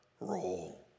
roll